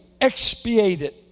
expiated